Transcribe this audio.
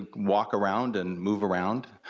walk around and move around?